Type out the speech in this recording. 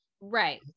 right